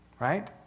Right